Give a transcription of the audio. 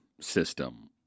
system